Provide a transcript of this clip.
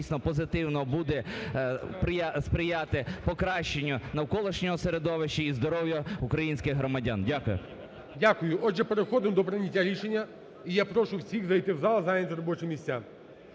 Дякую. Отже, переходимо до прийняття рішення. І я прошу всіх зайти в зал, зайняти робочі місця.